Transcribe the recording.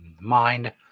Mind